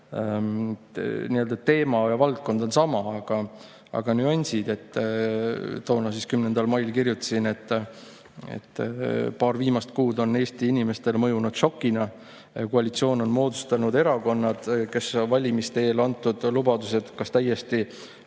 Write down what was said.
Teema ja valdkond on sama, aga on ka nüansid. Toona, 10. mail kirjutasin, et paar viimast kuud on Eesti inimestele mõjunud šokina. Koalitsiooni on moodustanud erakonnad, kes valimiste eel antud lubadused on kas täiesti